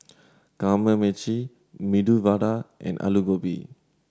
Kamameshi Medu Vada and Alu Gobi